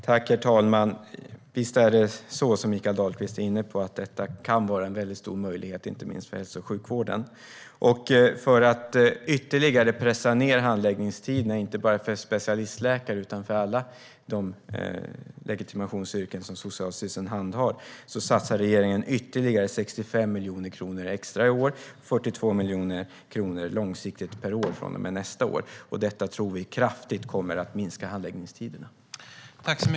Herr talman! Visst kan det, som Mikael Dahlqvist är inne på, vara en väldigt stor möjlighet för hälso och sjukvården. För att ytterligare pressa ned handläggningstiderna inte bara för specialistläkare utan för alla de legitimationsyrken som Socialstyrelsen handhar satsar regeringen ytterligare 65 miljoner kronor extra i år och 42 miljoner kronor långsiktigt per år från och med nästa år. Detta tror vi kommer att minska handläggningstiderna kraftigt.